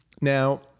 Now